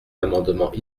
l’amendement